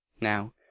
Now